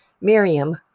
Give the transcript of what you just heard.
Miriam